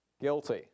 guilty